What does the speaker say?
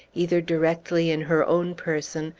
either directly in her own person,